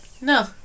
No